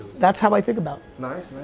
that's how i think about. nice,